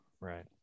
right